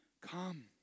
come